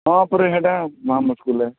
ହଁ ପରେ ହେଟା ମହା ମୁସକିଲ୍ ହେ